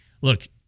Look